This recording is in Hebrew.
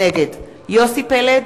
נגד יוסי פלד,